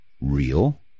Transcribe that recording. real